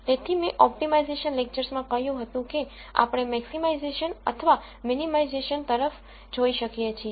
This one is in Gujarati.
તેથી મેં ઓપ્ટિમાઇઝેશન લેક્ચર્સમાં કહ્યું હતું કે આપણે મેક્સીમાઈઝેસન અથવા મીનીમાઈઝેસન તરફ જોઈ શકીએ છીએ